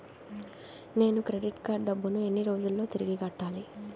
నేను credit card డబ్బును ఎన్ని రోజుల్లో తిరిగి కట్టాలి?